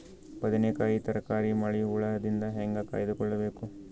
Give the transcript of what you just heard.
ಬದನೆಕಾಯಿ ತರಕಾರಿ ಮಳಿ ಹುಳಾದಿಂದ ಹೇಂಗ ಕಾಯ್ದುಕೊಬೇಕು?